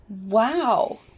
Wow